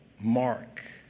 Mark